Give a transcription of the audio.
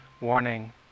Warning